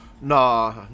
Nah